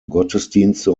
gottesdienste